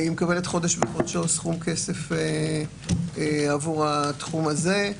היא מקבלת חודש בחודשו סכום כסף עבור התחום הזה,